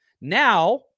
Now